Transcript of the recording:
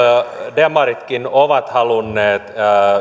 demaritkin ovat halunneet